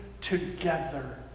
together